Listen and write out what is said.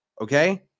okay